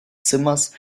zimmers